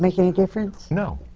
make any difference? no.